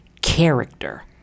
character